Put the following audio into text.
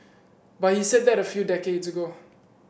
but he said that a few decades ago